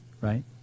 Right